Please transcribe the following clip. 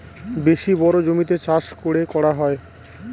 বেশি বড়ো জমিতে চাষ করে করা হয়